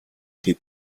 тэд